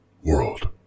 world